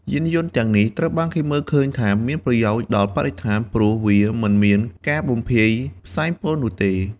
យានយន្តទាំងនេះត្រូវបានគេមើលឃើញថាមានប្រយោជន៍ដល់បរិស្ថានព្រោះវាមិនមានការបំភាយផ្សែងពុលនោះទេ។